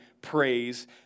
praise